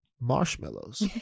marshmallows